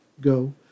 Go